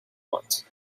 want